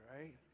right